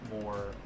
more